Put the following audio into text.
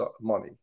money